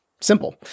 simple